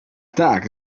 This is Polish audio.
tak